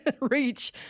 reach